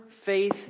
faith